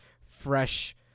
fresh